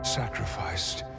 sacrificed